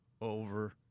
Over